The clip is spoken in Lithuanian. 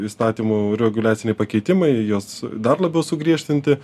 įstatymų reguliaciniai pakeitimai juos dar labiau sugriežtinti